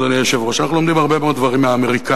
אדוני היושב-ראש: אנחנו לומדים הרבה מאוד דברים מהאמריקנים,